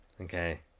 Okay